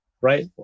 right